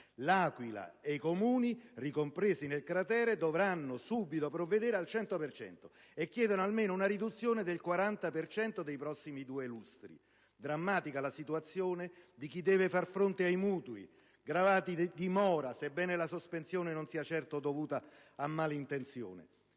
L'Aquila e i Comuni ricompresi nel cratere dovranno subito provvedere al 100 per cento, e chiedono almeno una riduzione del 40 per cento nei prossimi due lustri. Drammatica è la situazione di chi deve far fronte ai mutui, gravati di mora, sebbene la sospensione non sia certo dovuta a mala intenzione.